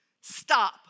Stop